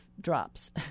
drops